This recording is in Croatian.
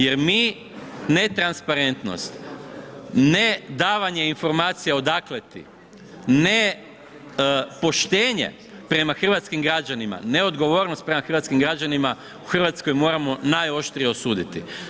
Jer mi netransparentnost, nedavanje informacija odakle ti, ne poštenje prema hrvatskim građanima, neodgovornost prema hrvatskim građanima u Hrvatskoj moramo najoštrije osuditi.